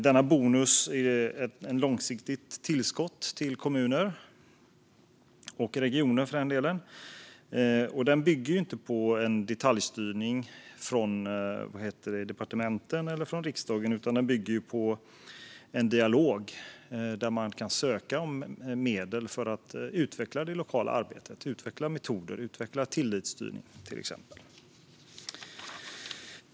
Denna bonus är ett långsiktigt tillskott till kommuner och regioner och bygger inte på detaljstyrning från departementen eller riksdagen. Den bygger på en dialog där man kan söka medel för att utveckla det lokala arbetet, till exempel metoder och tillitsstyrning.